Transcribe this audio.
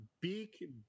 Beak